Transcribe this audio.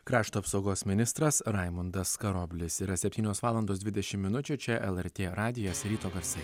krašto apsaugos ministras raimundas karoblis yra septynios valandos dvidešim minučių čia lrt radijas ryto garsai